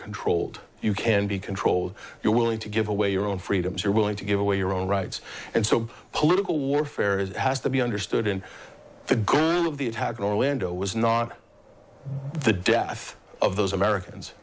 controlled you can be controlled you're willing to give away your own freedoms you're willing to give away your own rights and so political warfare has to be understood in the good of the a tag or a window was not the death of those americans